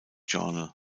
journal